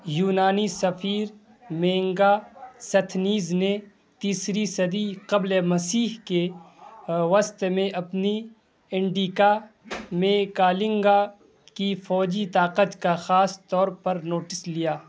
یونانی سفیر میگاستھنیز نے تیسری صدی قبل مسیح کے وسط میں اپنی انڈیکا میں کالنگا کی فوجی طاقت کا خاص طور پر نوٹس لیا